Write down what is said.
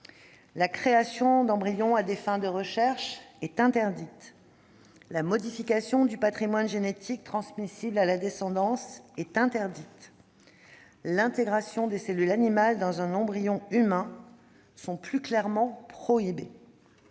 la création d'embryons à des fins de recherche est interdite, de même que la modification du patrimoine génétique transmissible à la descendance ; l'intégration de cellules animales dans un embryon humain est encore plus clairement prohibée.